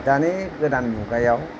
दानि गोदान मुगायाव